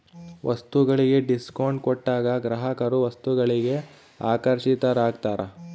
ವಸ್ತುಗಳಿಗೆ ಡಿಸ್ಕೌಂಟ್ ಕೊಟ್ಟಾಗ ಗ್ರಾಹಕರು ವಸ್ತುಗಳಿಗೆ ಆಕರ್ಷಿತರಾಗ್ತಾರ